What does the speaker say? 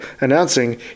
announcing